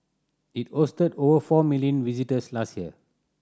it hosted over four million visitors last year